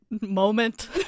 moment